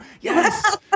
Yes